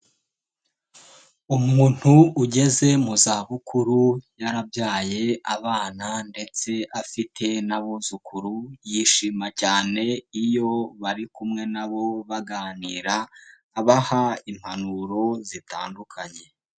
Umuntu ugeze mu za bukuru yarabyaye abana ndetse afite n'abuzukuru, yishima cyane iyo bari kumwe nabo baganira abaha impanuro zitandukanye.